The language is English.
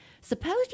Suppose